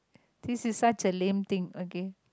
this is such a lame thing okay